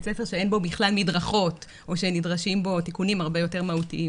ספר שאין בו בכלל מדרכות או שנדרשים בו תיקונים הרבה יותר מהותיים.